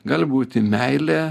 gali būti meilė